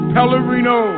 Pellerino